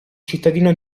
cittadino